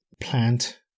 plant